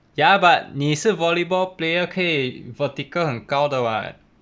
ya but 你是 volleyball player 可以 vertical 很高的 [what]